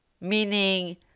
meaning